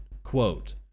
Quote